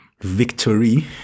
victory